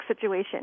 situation